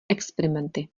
experimenty